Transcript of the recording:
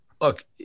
Look